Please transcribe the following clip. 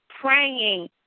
praying